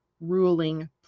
ruling